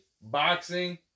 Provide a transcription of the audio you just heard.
Boxing